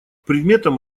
предметом